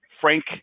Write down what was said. Frank